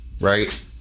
right